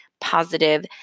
positive